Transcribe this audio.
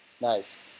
Nice